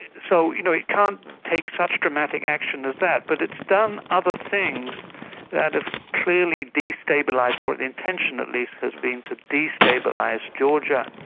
so you know it can't take such dramatic action as that, but it's done other things that have clearly destabilised or the intention at least has been to destabilise georgia,